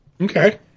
Okay